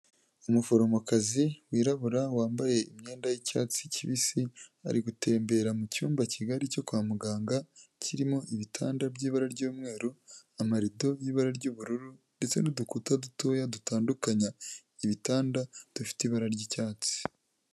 Umuforomokazi wirabura wambaye imyenda y'icyatsi kibisi, ari gutembera mu cyumba kigari cyo kwa muganga kirimo ibitanda by'ibara ry'umweru amakarito y'ibara ry'ubururu, ndetse n'udukuta dutoya dutandukanya ibitanda dufite ibara ry'icyatsi.